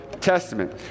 Testament